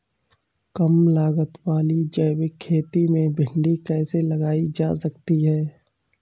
कम लागत वाली जैविक खेती में भिंडी कैसे लगाई जा सकती है?